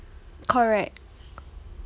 correct